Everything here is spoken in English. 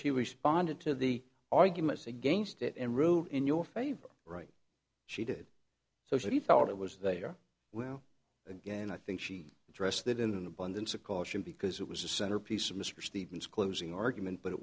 she responded to the arguments against it and wrote in your favor right she did so she thought it was they are well again i think she addressed that in an abundance of caution because it was a centerpiece of mr stevens closing argument but it